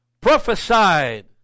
prophesied